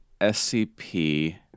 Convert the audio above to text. SCP